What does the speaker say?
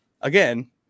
Again